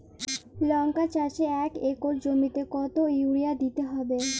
লংকা চাষে এক একর জমিতে কতো ইউরিয়া দিতে হবে?